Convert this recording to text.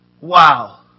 Wow